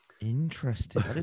Interesting